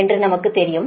என்று நமக்கு தெரியும்